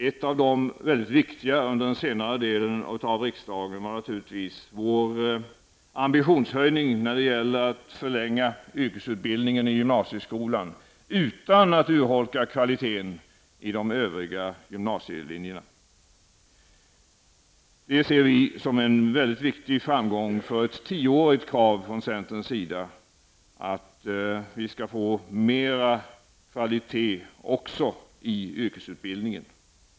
Ett av de mycket viktiga under senare delen av riksmötet var naturligtvis vår ambitionshöjning när det gäller att förlänga yrkesutbildningen i gymnasieskolan utan att urholka kvaliteten i de övriga gymnasielinjerna. Det ser vi som en mycket viktig framgång för ett tioårigt krav från centerns sida -- att vi skall få mer kvalitet också i yrkesutbildningen.